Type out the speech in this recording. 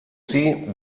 sie